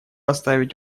оставить